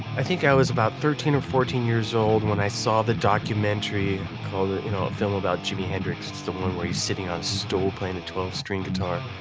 i think i was about thirteen or fourteen years old when i saw the documentary called a film about jimi hendrix. it's the one where he's sitting on a stool playing a twelve string guitar.